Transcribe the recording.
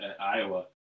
iowa